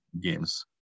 games